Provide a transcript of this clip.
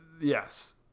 yes